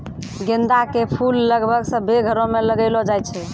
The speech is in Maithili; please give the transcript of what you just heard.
गेंदा के फूल लगभग सभ्भे घरो मे लगैलो जाय छै